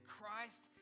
Christ